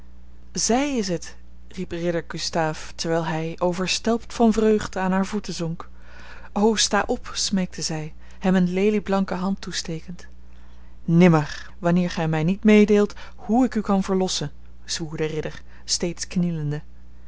zij is het riep ridder gustave terwijl hij overstelpt van vreugde aan haar voeten zonk o sta op smeekte zij hem een lelieblanke hand toestekend nimmer wanneer gij mij niet meedeelt hoe ik u kan verlossen zwoer de ridder steeds knielende